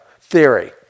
theory